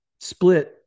split